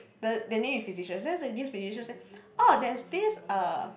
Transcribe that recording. the the name is physician so there is this physician said oh there is this uh